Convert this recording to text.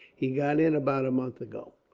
he got in about a month ago.